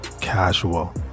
casual